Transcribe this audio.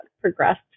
progressed